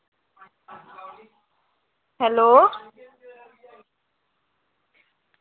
hello